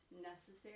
necessary